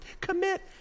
commit